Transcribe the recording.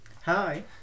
Hi